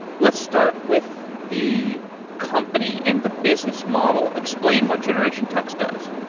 let's start with the company and the business model. explain what generation tux does.